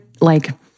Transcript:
Like-